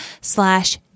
slash